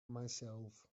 myself